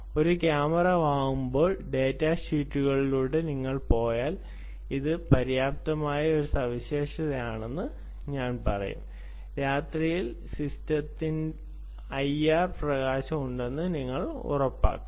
ഒരു ക്യാമറ വാങ്ങുമ്പോൾ ഡാറ്റ ഷീറ്റുകളിലൂടെ നിങ്ങൾ പോയാൽ ഇത് അപര്യാപ്തമായ ഒരു സവിശേഷതയാണെന്ന് ഞാൻ പറയും രാത്രിയിൽ സിസ്റ്റത്തിൽ ഐആർ പ്രകാശം ഉണ്ടെന്ന് നിങ്ങൾ ഉറപ്പാക്കണം